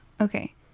okay